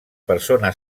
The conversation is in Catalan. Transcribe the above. persona